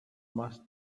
must